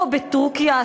או בטורקיה,